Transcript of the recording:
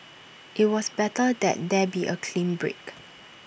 IT was better that there be A clean break